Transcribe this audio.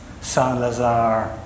Saint-Lazare